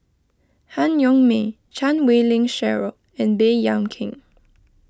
Han Yong May Chan Wei Ling Cheryl and Baey Yam Keng